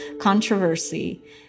controversy